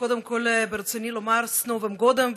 קודם כול ברצוני לומר סנובים גודם,